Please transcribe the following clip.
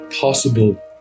possible